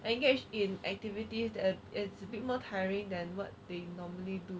engaged in activities that it's a bit more tiring than what they normally do